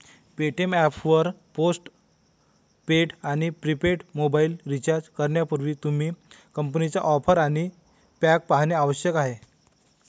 Paytm app वर postpaid आणि prepaid mobile recharge करण्यापूर्वी, तुम्ही कंपनीच्या ऑफर आणि पॅक पाहणे आवश्यक आहे